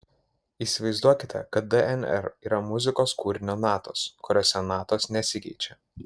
įsivaizduokite kad dnr yra muzikos kūrinio natos kuriose natos nesikeičia